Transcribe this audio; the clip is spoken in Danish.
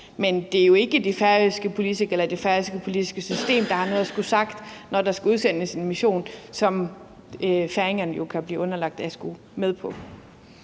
politikere eller det færøske politiske system, der har noget at skulle have sagt, når der skal udsendes en mission, som færingerne jo kan blive underlagt at skulle med på.